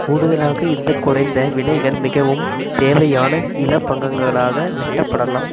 கூடுதலாக இந்த குறைந்த விலைகள் மிகவும் தேவையான இலாபங்களாக வெட்டப்படலாம்